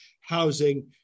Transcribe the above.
housing